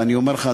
ואני אומר לך,